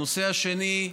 הנושא השני,